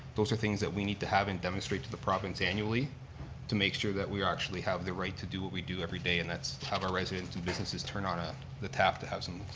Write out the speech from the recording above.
those are things that we need to have and demonstrate to the province annually to make sure that we actually have the right to do what we do everyday and that's have our residents and businesses turn on ah the tap to have some